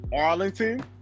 Arlington